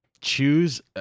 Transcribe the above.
choose